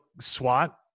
SWAT